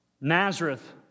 Nazareth